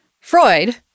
Freud